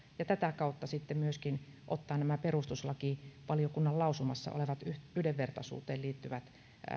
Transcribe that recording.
ja tätä kautta sitten myöskin ottaa nämä perustuslakivaliokunnan lausumassa olevat yhdenvertaisuuteen liittyvät